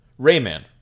rayman